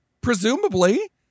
presumably